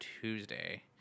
Tuesday